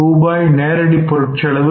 ரூபாய் 5000 நேரடி பொருட்செலவு